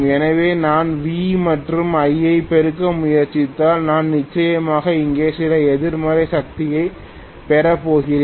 எனவே நான் V மற்றும் I ஐ பெருக்க முயற்சித்தால் நான் நிச்சயமாக இங்கே சில எதிர்மறை சக்தியைப் பெறப்போகிறேன்